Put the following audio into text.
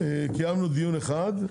קיימנו דיון אחד,